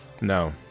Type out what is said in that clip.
No